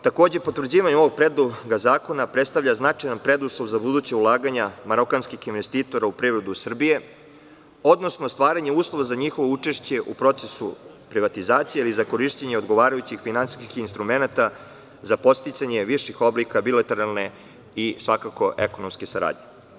Takođe, potvrđivanje ovog predloga zakona predstavlja značajan preduslov za buduća ulaganja marokanskih investitora u privredu Srbije, odnosno stvaranje uslova za njihovo učešće u procesu privatizacije, ili za korišćenje odgovarajućih finansijskih instrumenata za podsticanje viših oblika bilateralne i svakako ekonomske saradnje.